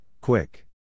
quick